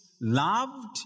loved